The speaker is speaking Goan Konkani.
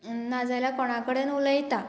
नाजाल्यार कोणाकडेन उलयता